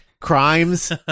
crimes